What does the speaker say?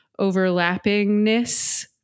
overlappingness